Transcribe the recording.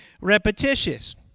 repetitious